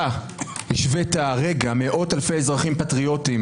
אתה השווית הרגע מאות אלפי אזרחים פטריוטיים